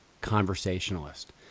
conversationalist